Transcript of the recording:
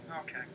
Okay